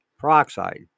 peroxide